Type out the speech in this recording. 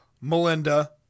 Melinda